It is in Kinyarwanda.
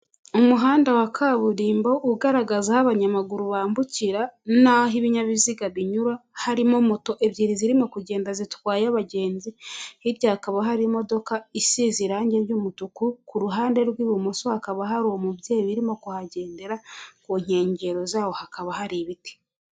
Umuhanda wa kaburimbo ugaragaza aho abanyamaguru bambukira n'aho ibinyabiziga binyura, harimo moto ebyiri zirimo kugenda zitwaye abagenzi, hirya hakaba hari imodoka isize irange ry'umutuku, ku ruhande rw'ibumoso hakaba hari umubyeyi birimo kuhagendera, ku nkengero zawo hakaba hari ibiti.